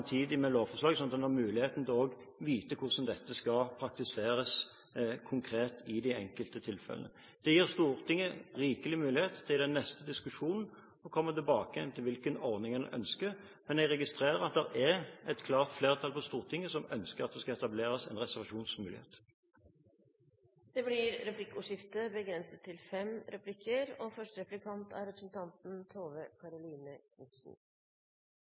med lovforslaget, sånn at en har muligheten til å vite hvordan dette skal praktiseres konkret i de enkelte tilfellene. Det gir Stortinget rikelig mulighet til i den neste diskusjonen å komme tilbake igjen til hvilken ordning en ønsker. Men jeg registrerer at det er et klart flertall på Stortinget som ønsker at det skal etableres en reservasjonsmulighet. Det blir replikkordskifte.